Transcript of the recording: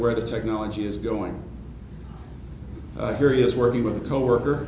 where the technology is going here is working with a coworker